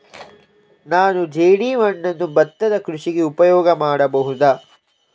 ನಾನು ಜೇಡಿಮಣ್ಣನ್ನು ಭತ್ತದ ಕೃಷಿಗೆ ಉಪಯೋಗ ಮಾಡಬಹುದಾ?